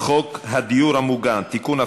חוק הדיור המוגן (תיקון,